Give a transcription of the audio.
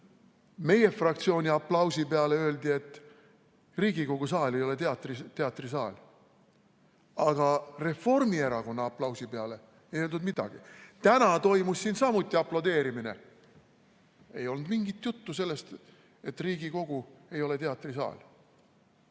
meie fraktsiooni aplausi peale öeldi, et Riigikogu saal ei ole teatrisaal, aga Reformierakonna aplausi peale ei öeldud midagi. Täna toimus siin samuti aplodeerimine. Ei olnud mingit juttu sellest, et Riigikogu ei ole teatrisaal.